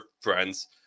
friends